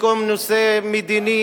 במקום נושא מדיני,